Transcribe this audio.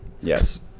Yes